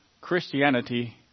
Christianity